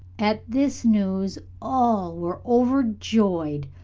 at this news all were overjoyed.